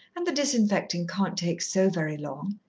and the disinfecting can't take so very long.